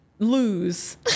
lose